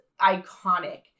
iconic